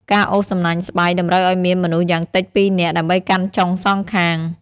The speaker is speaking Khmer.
ការអូសសំណាញ់ស្បៃ តម្រូវឲ្យមានមនុស្សយ៉ាងតិចពីរនាក់ ដើម្បីកាន់ចុងសងខាង។